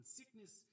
Sickness